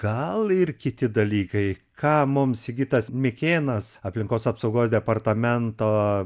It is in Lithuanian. gal ir kiti dalykai ką mums sigitas mikėnas aplinkos apsaugos departamento